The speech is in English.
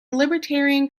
libertarian